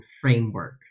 framework